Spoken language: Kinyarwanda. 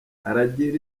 aragira